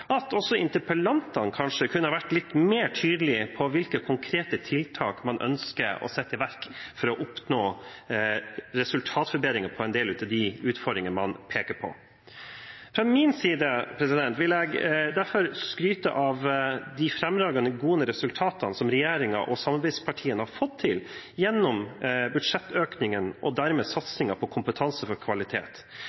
at også interpellantene kanskje kunne vært litt mer tydelige på hvilke konkrete tiltak man ønsker å sette i verk for å oppnå resultatforbedringer på en del av de utfordringene man peker på. Fra min side vil jeg derfor skryte av de fremragende gode resultatene som regjeringen og samarbeidspartiene har fått til gjennom budsjettøkningene og dermed satsingen på Kompetanse for kvalitet.